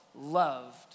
loved